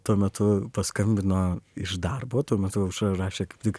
tuo metu paskambino iš darbo tuo metu rašė tik